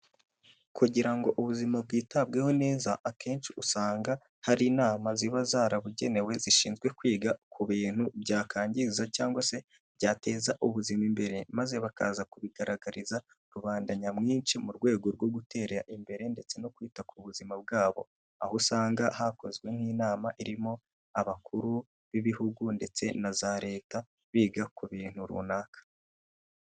Kugira ngo ubuzima bwitabweho neza akenshi usanga hari inama ziba zarabugenewe zishinzwe kwiga ku bintu byakwangiza cyangwa, se byateza ubuzima imbere maze bakaza kubigaragariza rubanda nyamwinshi, mu rwego rwo gutera imbere ndetse no kwita ku buzima bwabo, aho usanga hakozwe nk'inama irimo abakuru b'ibihugu ndetse na za leta biga ku bintu runaka.